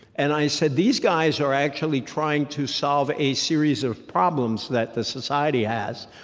and i said, these guys are actually trying to solve a series of problems that the society has.